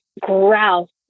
growl